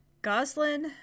Goslin